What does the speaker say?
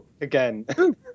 again